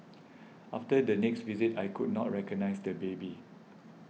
after the next visit I could not recognise the baby